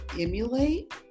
emulate